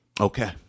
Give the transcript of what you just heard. Okay